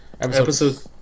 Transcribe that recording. Episode